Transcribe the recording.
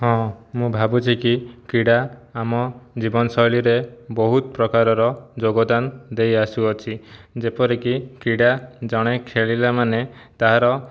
ହଁ ମୁଁ ଭାବୁଛି କି କ୍ରୀଡ଼ା ଆମ ଜୀବନଶୈଳୀରେ ବହୁତ ପ୍ରକାରର ଯୋଗଦାନ ଦେଇ ଆସୁଅଛି ଯେପରିକି କ୍ରୀଡ଼ା ଜଣେ ଖେଳିଲାମାନେ ତାର